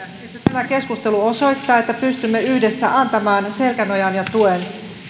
tämä keskustelu osoittaa että pystymme yhdessä antamaan selkänojan ja tuen